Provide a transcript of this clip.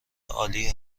عالی